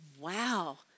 Wow